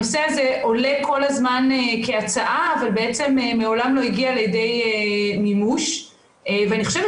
הנושא הזה עולה כל הזמן כהצעה אבל מעולם לא הגיע לכדי מימוש ואני חושבת